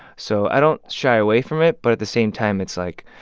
so i don't shy away from it, but at the same time, it's like,